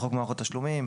בחוק מערכות תשלומים,